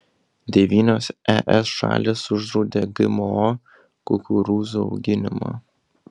devynios es šalys uždraudė gmo kukurūzų auginimą